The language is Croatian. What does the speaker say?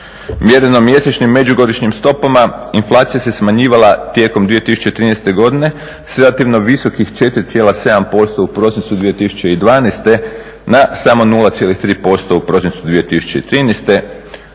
Mjereno mjesečnim međugodišnjim stopama inflacija se smanjivala tijekom 2013. godine s relativno visokih 4,7% u prosincu 2012. na samo 0,3% u prosincu 2013. pri